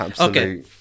Okay